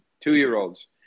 two-year-olds